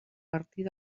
partir